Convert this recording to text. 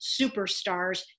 superstars